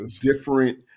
different